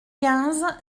quinze